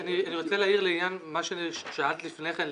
אני רוצה להעיר לעניין מה ששאלת לפני כן,